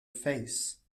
face